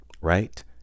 Right